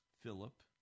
Philip